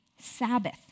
Sabbath